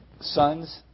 sons